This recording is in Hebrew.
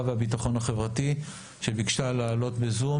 והביטחון החברתי שביקשה לעלות בזום.